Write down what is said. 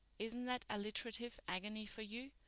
isn't that alliterative agony for you?